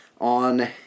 on